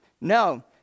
No